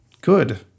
good